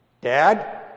Dad